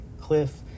Cliff